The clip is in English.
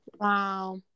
wow